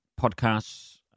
podcasts